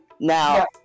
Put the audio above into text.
now